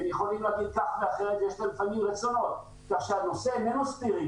הן יכולות להגיד ככה --- לכן, אני מצטרף